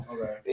Okay